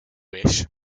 wish